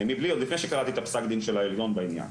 עוד לפני שקראתי את הפסק דין של העליון בעניין,